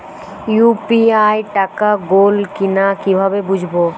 UPI টাকা গোল কিনা কিভাবে বুঝব?